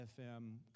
FM